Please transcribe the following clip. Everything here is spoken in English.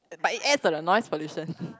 but it end to the noise pollution